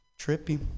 Trippy